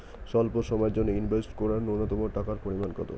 স্বল্প সময়ের জন্য ইনভেস্ট করার নূন্যতম টাকার পরিমাণ কত?